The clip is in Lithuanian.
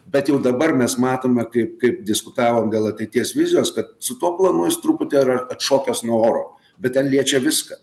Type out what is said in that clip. bet jau dabar mes matome kaip kaip diskutavom dėl ateities vizijos kad su tuo planuojas truputį yra atšokęs nuo oro bet ten liečia viską